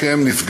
כי הם נפגעו,